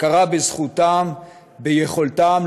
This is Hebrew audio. הכרה בזכותם, ביכולתם.